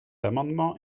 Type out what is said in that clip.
amendement